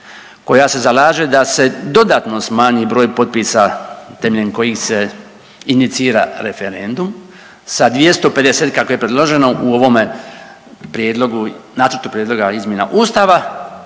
koja se zalaže da se dodatno smanji broj potpisa temeljem kojih se inicira referendum sa 250 kako je predloženo u ovome prijedlogu, nacrtu prijedloga izmjena Ustava